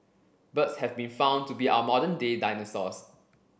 birds have been found to be our modern day dinosaurs